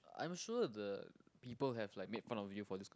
I'm sure the people have like made fun of you for this